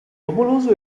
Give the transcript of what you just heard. popoloso